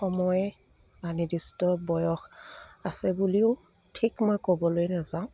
সময় বা নিৰ্দিষ্ট বয়স আছে বুলিও ঠিক মই ক'বলৈ নাযাওঁ